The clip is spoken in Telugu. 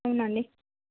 అవును అండి